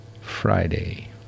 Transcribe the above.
Friday